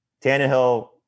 Tannehill